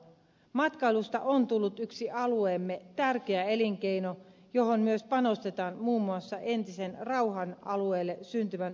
matkailusta on tullut yksi alueemme tärkeä elinkeino johon myös panostetaan muun muassa entiselle rauhan alueelle syntyvän matkailukeskittymän avulla